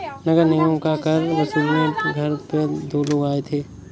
नगर निगम का कर वसूलने घर पे दो लोग आए थे